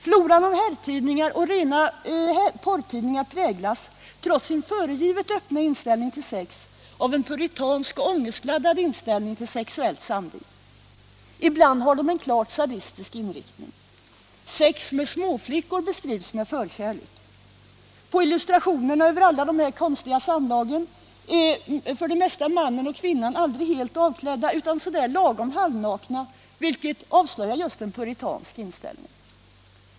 Floran av herrtidningar och rena porrtidningar präglas, trots sin föregivet öppna inställning till sex, av en puritansk och ångestladdad inställning till sexuellt samliv. Ibland har de en klart sadistisk inriktning. Sex med småflickor beskrivs med förkärlek. På illustrationerna med alla de här konstiga samlagen är mannen och kvinnan för det mesta inte helt avklädda utan så där lagom halvnakna, vilket avslöjar just en puritansk inställning.